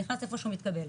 נכנס איפה שהוא מתקבל,